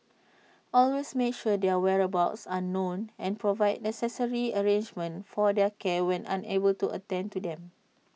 always make sure their whereabouts are known and provide necessary arrangements for their care when unable to attend to them